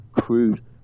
crude